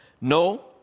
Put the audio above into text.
No